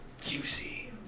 Juicy